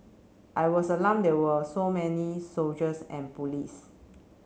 I was alarmed there were so many soldiers and police